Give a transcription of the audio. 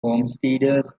homesteaders